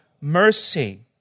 mercy